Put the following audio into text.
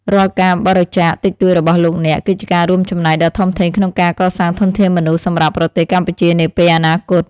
រាល់ការបរិច្ចាគតិចតួចរបស់លោកអ្នក គឺជាការរួមចំណែកដ៏ធំធេងក្នុងការកសាងធនធានមនុស្សសម្រាប់ប្រទេសកម្ពុជានាពេលអនាគត។